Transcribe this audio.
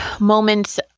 moments